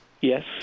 Yes